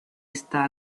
esta